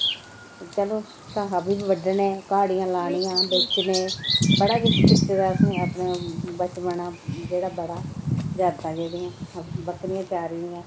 तैह्लूं घाऽ बी बड्डने काह्ड़ियां लानियां बेचने बड़ा किश कीते दा जेह्ड़ा अपना बचपनै च बड़ा यादां जेह्ड़ियां बकरियां चारी दियां